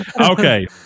Okay